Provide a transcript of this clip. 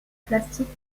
plastique